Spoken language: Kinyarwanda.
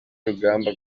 urugamba